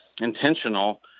intentional